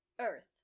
Earth